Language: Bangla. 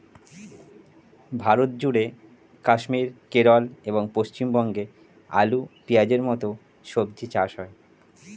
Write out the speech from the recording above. ভারতজুড়ে কাশ্মীর, কেরল এবং পশ্চিমবঙ্গে আলু, পেঁয়াজের মতো সবজি চাষ হয়